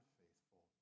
faithful